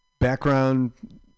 background